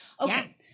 Okay